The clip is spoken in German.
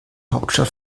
hauptstadt